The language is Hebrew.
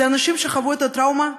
אלה אנשים שחוו את הטראומה,